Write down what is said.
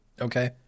Okay